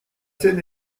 scène